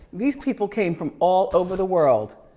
these people came from all over the world.